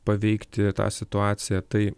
paveikti tą situaciją tai